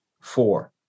Four